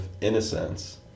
innocence